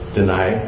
deny